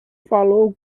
falou